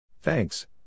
Thanks